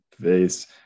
face